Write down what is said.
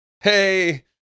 Hey